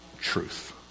truth